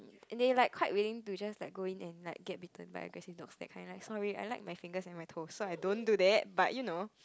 and they like quite willing to just like go in and like get bitten by aggressive dogs that kind like sorry I like my fingers and my toes so I don't do that but you know